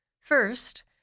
First